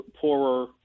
poorer